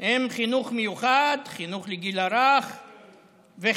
הם חינוך מיוחד, חינוך לגיל הרך וכדומה.